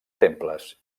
temples